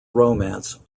romance